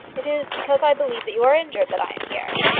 it is because i believe that you are injured that i am here.